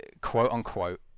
quote-unquote